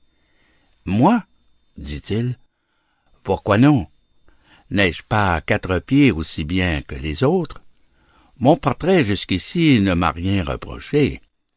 moi dit-il pourquoi non n'ai-je pas quatre pieds aussi bien que les autres mon portrait jusqu'ici ne m'a rien reproché